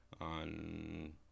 on